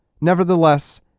Nevertheless